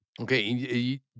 Okay